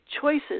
choices